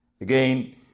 again